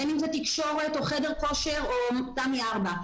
בין אם זה תקשורת או חדר כושר או תמי 4,